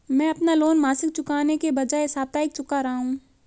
मैं अपना लोन मासिक चुकाने के बजाए साप्ताहिक चुका रहा हूँ